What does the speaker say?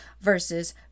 versus